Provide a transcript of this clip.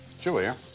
Julia